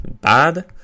bad